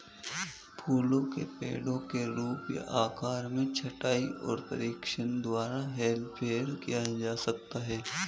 फलों के पेड़ों के रूप या आकार में छंटाई और प्रशिक्षण द्वारा हेरफेर किया जा सकता है